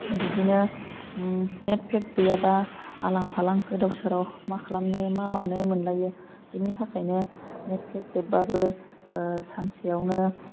बिदिनो नेट फेक गैयाबा आलां फालां गोदाव सोराव मा खालामनो मा मानो मोनलायो बेनि थाखायनो नेट फेक जोबबाबो सानसेयावनो